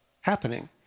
happening